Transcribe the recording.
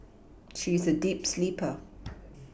she is a deep sleeper